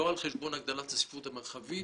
לא על חשבון הגדלת הצפיפות המרחבית,